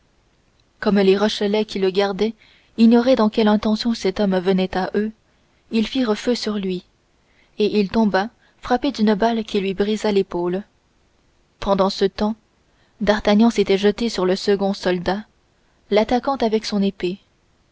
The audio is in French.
comme les rochelois qui le gardaient ignoraient dans quelle intention cet homme venait à eux ils firent feu sur lui et il tomba frappé d'une balle qui lui brisa l'épaule pendant ce temps d'artagnan s'était jeté sur le second soldat l'attaquant avec son épée